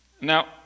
Now